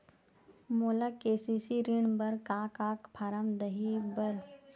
मोला के.सी.सी ऋण बर का का फारम दही बर?